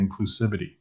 inclusivity